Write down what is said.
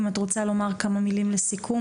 אם את רוצה לומר כמה מלים לסיכום.